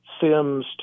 Sims